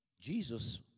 Jesus